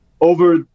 over